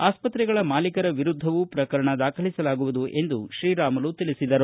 ಆಸ್ಪತ್ರೆಗಳ ಮಾಲೀಕರ ವಿರುದ್ದವೂ ಪ್ರಕರಣ ದಾಖಲಿಸಲಾಗುವುದು ಎಂದು ಶ್ರೀರಾಮುಲು ತಿಳಿಸಿದರು